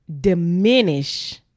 diminish